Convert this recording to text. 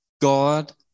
God